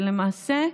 ולמעשה,